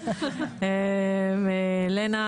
העושר, לנה